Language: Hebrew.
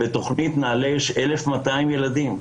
שבתכנית נעל"ה יש 1,200 ילדים,